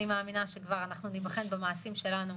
אני מאמינה שאנחנו כבר ניבחן במעשים שלנו,